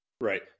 Right